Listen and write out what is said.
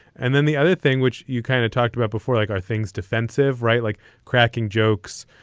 and then the other thing which you kind of talked about before, like are things defensive? right. like cracking jokes,